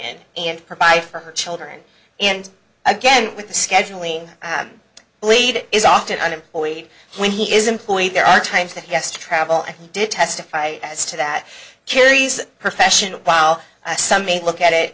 in and provide for her children and again with the scheduling believe it is often unemployed when he is employed there are times that he has to travel and he did testify as to that carries her fashion while some may look at it